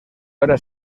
ahora